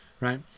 right